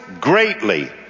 greatly